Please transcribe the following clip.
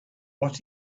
what